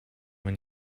when